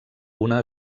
una